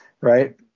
right